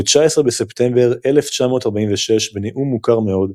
ב-19 בספטמבר 1946 בנאום מוכר מאוד,